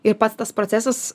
ir pats tas procesas